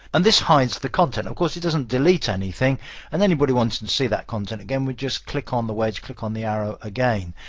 and this hides the content. of course, it doesn't delete anything and anybody who wants to see that content again would just click on the wedge, click on the arrow again.